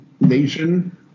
nation